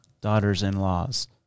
Daughters-in-laws